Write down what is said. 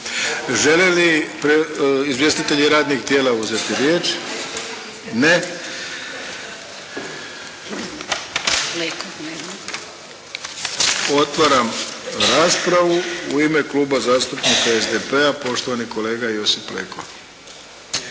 Žele li izvjestitelji radnih tijela uzeti riječ? Ne. Otvaram raspravu. U ime Kluba zastupnika SDP-a poštovani kolega Josip Leko.